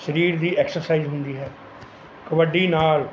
ਸਰੀਰ ਦੀ ਐਕਸਰਸਾਈਜ਼ ਹੁੰਦੀ ਹੈ ਕਬੱਡੀ ਨਾਲ਼